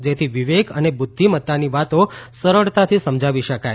જેથી વિવેક અને બુદ્ધિમતાની વાતો સરળતાથી સમજાવી શકાય